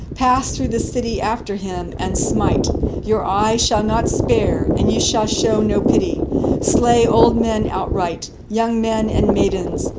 pass through the city after him, and smite your eye shall not spare, and you shall show no pity slay old men outright, young men and maidens,